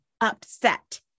upset